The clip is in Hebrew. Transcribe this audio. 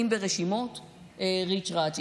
אם ברשימות ריצ'רץ',